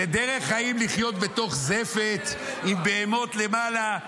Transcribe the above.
זו דרך חיים לחיות בתוך זפת עם בהמות למעלה,